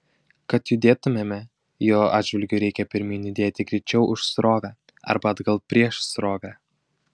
kad judėtumėme jo atžvilgiu reikia pirmyn judėti greičiau už srovę arba atgal prieš srovę